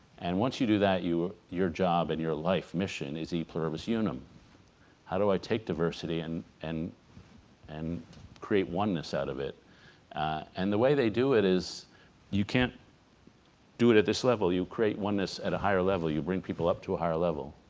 and once you do that you were your job and your life mission is e pluribus unum how do i take diversity and and and create oneness out of it and the way they do it is you can't do it at this level you create oneness at a higher level you bring people up to a higher level